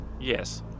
Yes